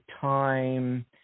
time